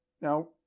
Now